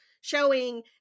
showing